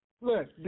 Look